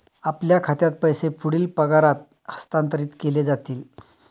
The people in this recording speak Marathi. आपल्या खात्यात पैसे पुढील पगारात हस्तांतरित केले जातील